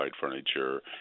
furniture